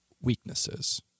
weaknesses